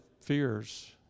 fears